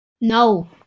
No